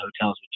hotels